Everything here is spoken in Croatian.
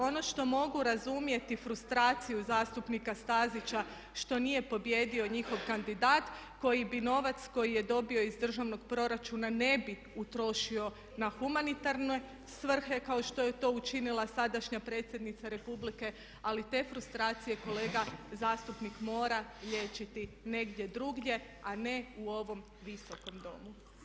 Ono što mogu razumjeti, frustraciju zastupnika Stazića što nije pobijedio njihov kandidat koji bi novac koji je dobio iz državnog proračuna ne bi utrošio na humanitarne svrhe kao što je to učinila sadašnja predsjednica Republike ali te frustracije kolega zastupnik mora liječiti negdje drugdje a ne u ovom Visokom domu.